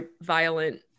violent